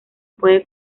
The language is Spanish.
puede